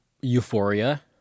Euphoria